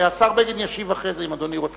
השר בגין ישיב אחרי זה, אם אדוני רוצה.